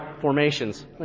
formations